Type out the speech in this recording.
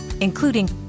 including